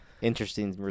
interesting